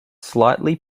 slightly